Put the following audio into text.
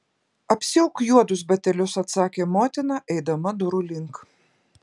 apsiauk juodus batelius atsakė motina eidama durų link